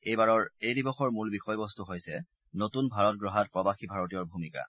এইবাৰৰ এই দিৱসৰ মূল বিষয়বস্তু হৈছে নতুন ভাৰত গঢ়াত প্ৰবাসী ভাৰতীয়ৰ ভূমিকা